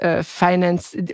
finance